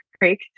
Creek